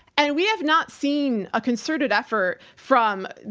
and we have not seen a concerted effort from,